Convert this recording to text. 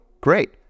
great